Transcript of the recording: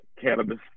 cannabis